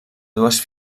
dues